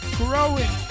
growing